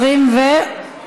התשע"ז 2017,